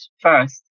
first